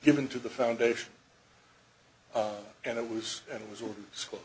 given to the foundation and it was it was a school